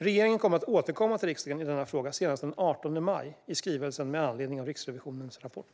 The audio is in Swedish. Regeringen kommer att återkomma till riksdagen i denna fråga senast den 18 maj i skrivelsen med anledning av Riksrevisionens rapport.